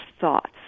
thoughts